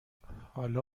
حالا